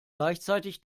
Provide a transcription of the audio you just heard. gleichzeitig